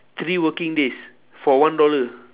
three working days for one dollar